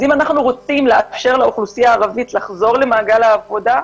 אם אנחנו רוצים לאפשר לאוכלוסייה הערבית לחזור למעגל העבודה,